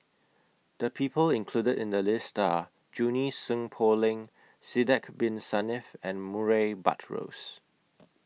The People included in The list Are Junie Sng Poh Leng Sidek Bin Saniff and Murray Buttrose